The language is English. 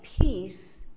peace